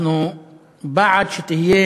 אנחנו בעד שתהיה